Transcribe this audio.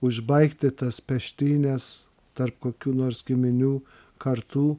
užbaigti tas peštynes tarp kokių nors giminių kartų